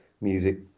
music